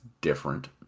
different